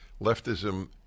Leftism